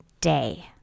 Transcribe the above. day